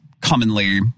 commonly